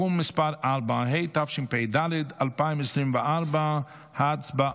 (תיקון מס' 4), התשפ"ד 2024. הצבעה.